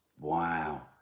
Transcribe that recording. Wow